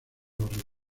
los